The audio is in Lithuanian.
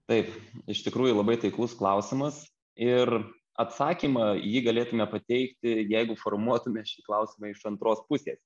taip iš tikrųjų labai taiklus klausimas ir atsakymą į jį galėtume pateikti jeigu formuotume šį klausimą iš antros pusės